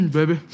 Baby